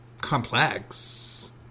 complex